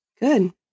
Good